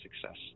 success